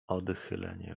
odchylenie